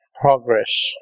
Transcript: Progress